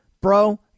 Bro